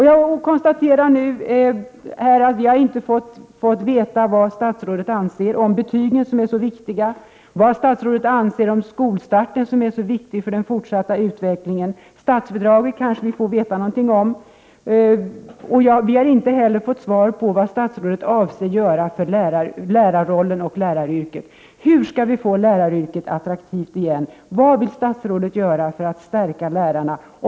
Jag konstaterar att vi inte har fått veta vad statsrådet anser om betygen som är så viktiga eller om skolstarten som är så viktig för den fortsatta utvecklingen. Men vi kanske får veta något om statsbidragen. Inte heller har vi fått veta vad statsrådet avser att göra när det gäller lärarrollen och läraryrket. Hur skall läraryrket kunna bli attraktivt igen? Vad vill statsrådet göra för att stärka lärarnas roll?